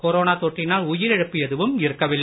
corona தொற்றினால் உயிரிழப்பு எதுவும் இருக்கவில்லை